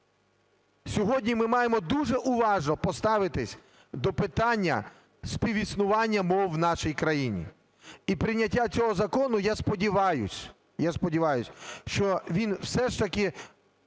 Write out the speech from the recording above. Сьогодні ми маємо дуже уважно поставитись до питання співіснування мов в нашій країні. І прийняття цього закону, я сподіваюсь, я сподіваюсь, що він все ж таки